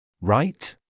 Right